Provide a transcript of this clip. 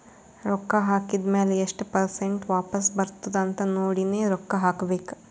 ರೊಕ್ಕಾ ಹಾಕಿದ್ ಮ್ಯಾಲ ಎಸ್ಟ್ ಪರ್ಸೆಂಟ್ ವಾಪಸ್ ಬರ್ತುದ್ ಅಂತ್ ನೋಡಿನೇ ರೊಕ್ಕಾ ಹಾಕಬೇಕ